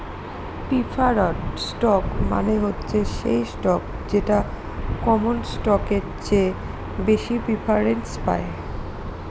preferred stock মানে হচ্ছে সেই স্টক যেটা কমন স্টকের চেয়ে বেশি প্রিফারেন্স পায়